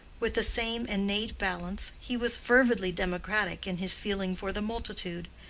with the same innate balance he was fervidly democratic in his feeling for the multitude,